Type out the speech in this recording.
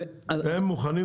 הם מוכנים,